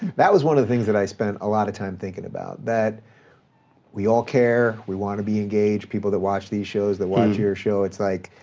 that was one of the things that i spent a lot of time thinking about, that we all care, we want to be engaged. people that watch these shows, that watch your show, it's like,